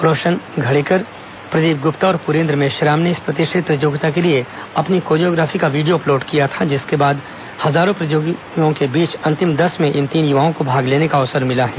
रौशन घड़ेकर प्रदीप गुप्ता और पुरेन्द्र मेश्राम ने इस प्रतिष्ठित प्रतियोगिता के लिए अपनी कोरियोग्राफी का वीडियो अपलोड किया था जिसके बाद हजारों प्रतिभागियों के बीच अंतिम दस में इन तीन युवाओं को भाग लेने का अवसर मिला है